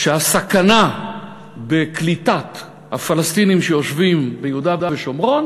שהסכנה בקליטת הפלסטינים שיושבים ביהודה ושומרון